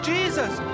Jesus